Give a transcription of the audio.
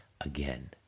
again